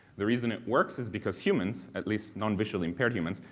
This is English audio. the reason it works is because humans, at least, non-visually-impaired humans,